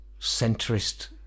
centrist